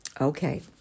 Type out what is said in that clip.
Okay